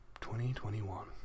2021